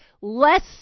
less